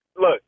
Look